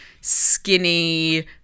skinny